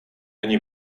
ani